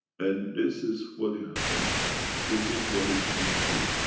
and this is what you have to understand. this is what is coming to you.